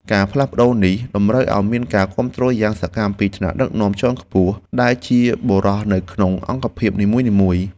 ការផ្លាស់ប្ដូរនេះ តម្រូវឱ្យមានការគាំទ្រយ៉ាងសកម្មពីថ្នាក់ដឹកនាំជាន់ខ្ពស់ដែលជាបុរសនៅក្នុងអង្គភាពនីមួយៗ។